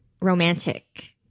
romantic